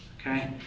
Okay